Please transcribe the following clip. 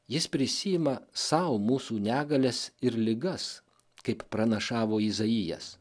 jis prisiima sau mūsų negalias ir ligas kaip pranašavo izaijas